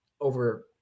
over